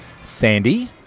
Sandy